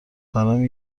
برام